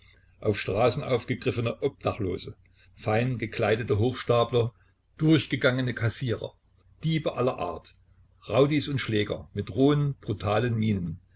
auf straßen aufgegriffene obdachlose feingekleidete hochstapler durchgegangene kassierer diebe aller art rowdies und schläger mit rohen brutalen mienen